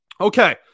Okay